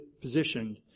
positioned